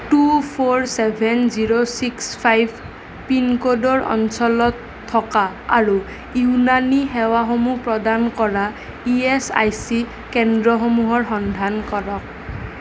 two four seven zero six five পিনক'ডৰ অঞ্চলত থকা আৰু ইউনানী সেৱাসমূহ প্ৰদান কৰা ই এচ আই চি কেন্দ্ৰসমূহৰ সন্ধান কৰক